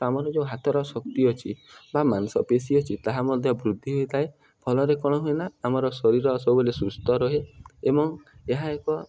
ଆମର ଯେଉଁ ହାତର ଶକ୍ତି ଅଛି ବା ମାଂସପେଶୀ ଅଛି ତାହା ମଧ୍ୟ ବୃଦ୍ଧି ହୋଇଥାଏ ଫଳରେ କ'ଣ ହୁଏନା ଆମର ଶରୀର ସବୁବେଳେ ସୁସ୍ଥ ରହେ ଏବଂ ଏହା ଏକ